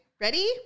Ready